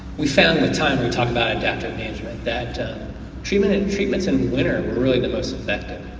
we found the time we talk about adaptive management, that treatments in treatments in winter were really the most effective,